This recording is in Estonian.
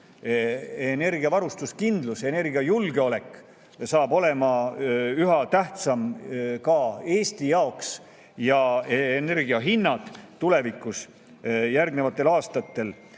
energiavarustuskindlus, energiajulgeolek saab olema üha tähtsam ka Eesti jaoks ning see, et energiahinnad tulevikus, järgnevatel aastatel